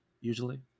Usually